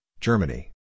Germany